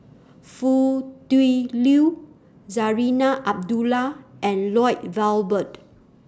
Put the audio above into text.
Foo Tui Liew Zarinah Abdullah and Lloyd Valberg